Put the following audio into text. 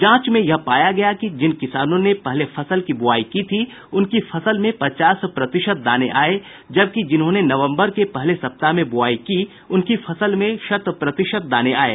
जांच में यह पाया गया कि जिन किसानों ने पहले फसल की बुआई की थी उनकी फसल में पचास प्रतिशत दाने आये जबकि जिन्होंने नवम्बर के पहले सप्ताह में बुआई की उनकी फसल में शत प्रतिशत दाने आये